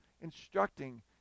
instructing